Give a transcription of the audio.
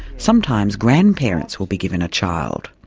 sometimes grandparents will be given a child.